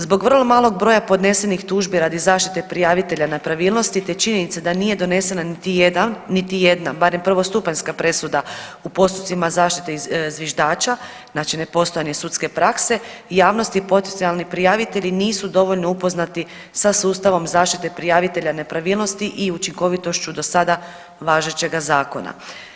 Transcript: Zbog vrlo malog broja podnesenih tužbi radi zaštite prijavitelja nepravilnosti, te činjenice da nije donesena niti jedna barem prvostupanjska presuda u postupcima zaštite zviždača, znači ne postoje ni sudske prakse i javnosti potencionalni prijavitelji nisu dovoljno upoznati sa sustavom zaštite prijavitelja nepravilnosti i učinkovitošću do sada važećega zakona.